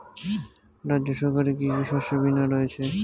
রাজ্য সরকারের কি কি শস্য বিমা রয়েছে?